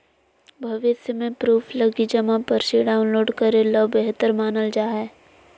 भविष्य के प्रूफ लगी जमा पर्ची डाउनलोड करे ल बेहतर मानल जा हय